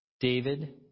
David